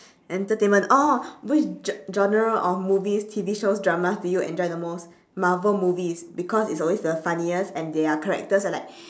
entertainment oh which ge~ genre of movies T_V shows dramas do you enjoy the most marvel movies because it's always the funniest and their characters are like